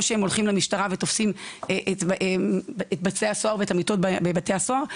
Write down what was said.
או שהם הולכים למשטרה ותופסים את בתי הסוהר ואת המיטות בבתי הסוהר,